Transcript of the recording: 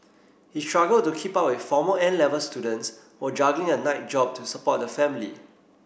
he struggled to keep up with former N Level students while juggling a night job to support the family